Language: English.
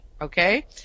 Okay